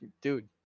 Dude